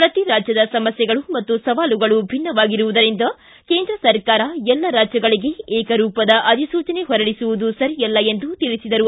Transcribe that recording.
ಪ್ರತಿ ರಾಜ್ಯದ ಸಮಸ್ಥೆಗಳು ಮತ್ತು ಸವಾಲುಗಳು ಭಿನ್ನವಾಗಿರುವುದರಿಂದ ಕೇಂದ್ರ ಸರ್ಕಾರ ಎಲ್ಲ ರಾಜ್ಯಗಳಿಗೆ ಏಕರೂಪದ ಅಧಿಸೂಚನೆ ಹೊರಡಿಸುವುದು ಸರಿಯಲ್ಲ ಎಂದು ತಿಳಿಸಿದರು